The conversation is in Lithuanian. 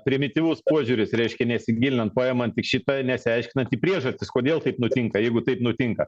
primityvus požiūris reiškia nesigilinant paimant tik šitą nesiaiškinant priežastis kodėl taip nutinka jeigu taip nutinka